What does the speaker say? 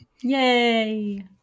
Yay